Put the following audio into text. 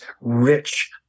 rich